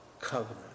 covenant